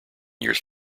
years